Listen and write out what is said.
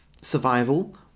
survival